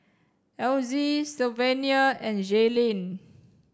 Elzy Sylvania and Jayleen